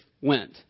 went